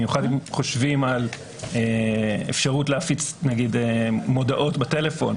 במיוחד אם חושבים על אפשרות להפיץ נגיד מודעות בטלפון,